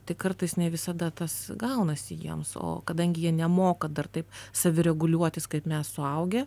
tik kartais ne visada tas gaunasi jiems o kadangi jie nemoka dar taip savireguliuotis kaip mes suaugę